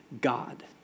god